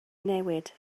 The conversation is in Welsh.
newid